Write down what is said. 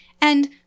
And